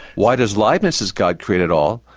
why does leibniz's god create it all?